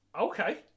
Okay